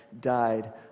died